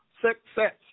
success